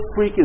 freaking